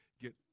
get